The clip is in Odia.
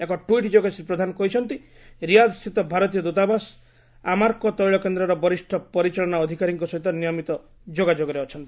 ଏକ ଟ୍ୱିଟ୍ ଯୋଗେ ଶ୍ରୀ ପ୍ରଧାନ କହିଛନ୍ତି ରିଆଦ ସ୍ଥିତ ଭାରତୀୟ ଦୂତାବାସ ଆର୍ମାକୋ ତେିଳ କେନ୍ଦ୍ରର ବରିଷ୍ଠ ପରିଚାଳନା ଅଧିକାରୀଙ୍କ ସହିତ ନିୟମିତ ଯୋଗାଯୋଗରେ ଅଛନ୍ତି